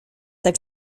tak